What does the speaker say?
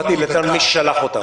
באתי למי ששלח אותם.